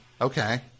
Okay